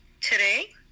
today